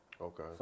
Okay